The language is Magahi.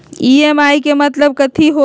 ई.एम.आई के मतलब कथी होई?